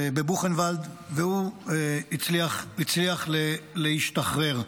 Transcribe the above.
בבוכנוואלד, והוא הצליח להשתחרר.